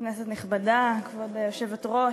כבוד היושבת-ראש,